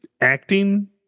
acting